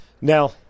Now